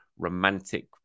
romantic